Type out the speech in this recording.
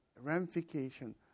ramification